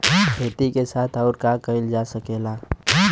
खेती के साथ अउर का कइल जा सकेला?